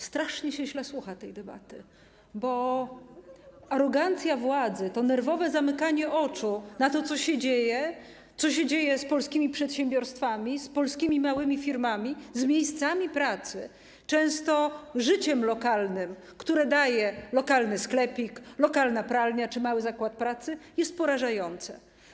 Strasznie źle słucha się tej debaty, bo arogancja władzy i to nerwowe zamykanie oczu na to, co się dzieje z polskimi przedsiębiorstwami, z polskimi małymi firmami, z miejscami pracy, często z życiem lokalnym, które daje lokalny sklepik, lokalna pralnia czy mały zakład pracy, są porażające.